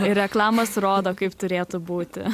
ir reklamos rodo kaip turėtų būti